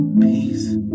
peace